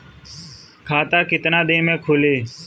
खाता कितना दिन में खुलि?